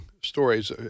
stories